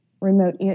remote